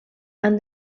han